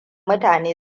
mutane